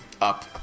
up